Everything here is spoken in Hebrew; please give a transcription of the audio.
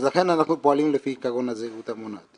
אז לכן אנחנו פועלים לפי עיקרון הזהירות המונעת.